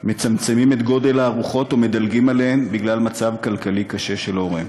מצמצמים את גודל הארוחות ומדלגים עליהן בגלל מצב כלכלי קשה של הוריהם.